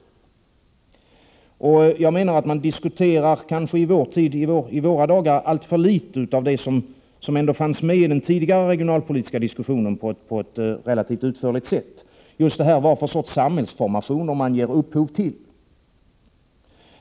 Enligt min mening rör sig diskussionen i våra dagar alltför litet om det som man i den tidigare regionalpolitiska diskussionen uppehöll sig vid på ett relativt utförligt sätt, nämligen frågan om vilken sorts samhällsformationer man ger upphov till.